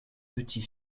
petit